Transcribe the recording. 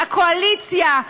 הקואליציה,